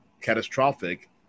catastrophic